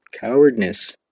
Cowardness